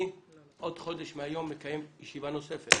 אני עוד חודש מהיום מקיים ישיבה נוספת.